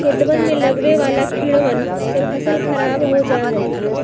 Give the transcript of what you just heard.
खेतवन में लगवे वाला कीड़वन से फसल खराब हो जाहई